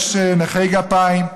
יש נכי גפיים,